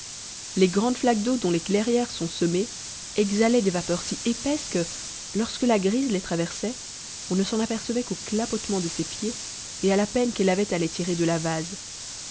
les grandes flaques d'eau dont les clairières sont semées exhalaient des vapeurs si épaisses que lorsque la grise les traversait on ne s'en apercevait qu'au clapotement de ses pieds et à la peine qu'elle avait à les tirer de la vase